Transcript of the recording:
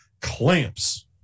clamps